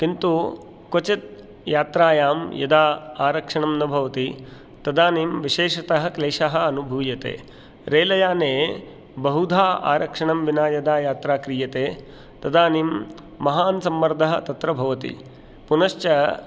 किन्तु क्वचित् यात्रायां यदा आरक्षणं न भवति तदानीं विशेषतः क्लेशः अनुभूयते रेलयाने बहुधा आरक्षणं विना यदा यात्रा क्रियते तदानीं महान् सम्मर्दः तत्र भवति पुनश्च